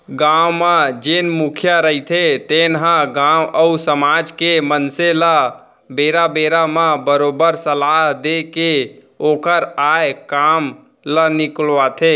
गाँव म जेन मुखिया रहिथे तेन ह गाँव अउ समाज के मनसे ल बेरा बेरा म बरोबर सलाह देय के ओखर आय काम ल निकालथे